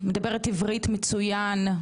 מדברת עברית מצוין,